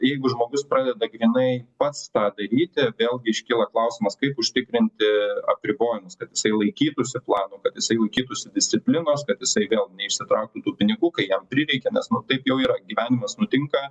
jeigu žmogus pradeda grynai pats tą daryti vėl iškyla klausimas kaip užtikrinti apribojimus kad jisai laikytųsi plano kad jisai laikytųsi disciplinos kad jisai vėl neišsitrauktų tų pinigų kai jam prireikia nes nu taip jau yra gyvenimas nutinka